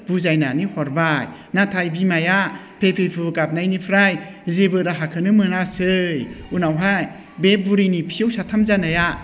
बुजायनानै हरबाय नाथाय बिमाया फे फे फु फु गाबनायनिफ्राय जेबो राहाखौनो मोनासै उनावहाय बे बुरैनि फिसौ साथाम जानाया